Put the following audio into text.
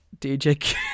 DJ